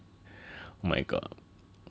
oh my god ya